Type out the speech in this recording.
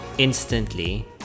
Instantly